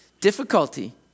difficulty